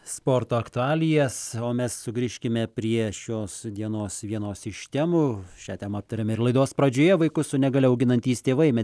sporto aktualijas o mes sugrįžkime prie šios dienos vienos iš temų šią temą aptarėme ir laidos pradžioje vaikus su negalia auginantys tėvai